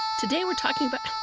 today, we are talking about. shhh!